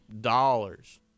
dollars